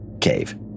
cave